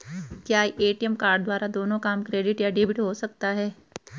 क्या ATM card द्वारा दोनों काम क्रेडिट या डेबिट हो सकता है?